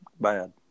Bad